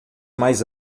mais